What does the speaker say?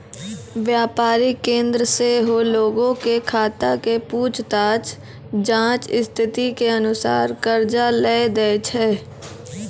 व्यापारिक केन्द्र सेहो लोगो के खाता के पूछताछ जांच स्थिति के अनुसार कर्जा लै दै छै